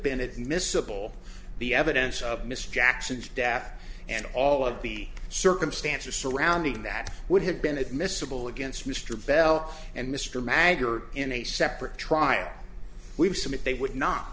been admissible the evidence of mr jackson's death and all of the circumstances surrounding that would have been admissible against mr bell and mr mager in a separate trial we've seen that they would not